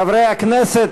הכנסת,